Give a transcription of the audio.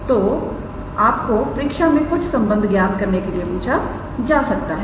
तो आपको परीक्षा में कुछ संबंध ज्ञात करने के लिए पूछा जा सकता है